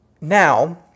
Now